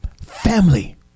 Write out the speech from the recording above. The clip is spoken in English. Family